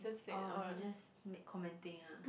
oh he just he make commenting ah